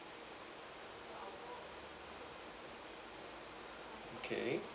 okay